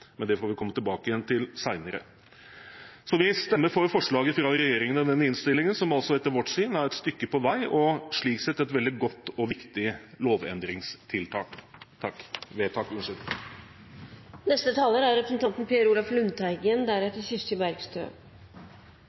Men det får vi komme tilbake til senere. Vi stemmer for forslaget fra regjeringen i denne innstillingen, som altså etter vårt syn er et stykke på vei og slik sett et veldig godt og viktig